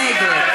נגד.